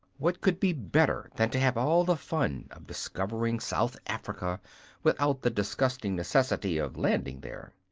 what could be better than to have all the fun of discovering south africa without the disgusting necessity of landing there?